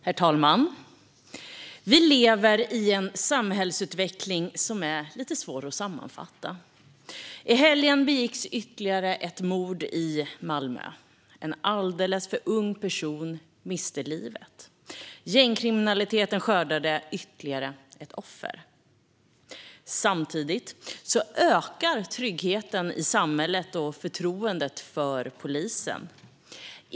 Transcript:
Herr talman! Vi lever i en samhällsutveckling som är lite svår att sammanfatta. I helgen begicks ytterligare ett mord i Malmö, och en alldeles för ung person miste livet. Gängkriminaliteten skördade ytterligare ett offer. Samtidigt ökar tryggheten i samhället och förtroendet för polisen.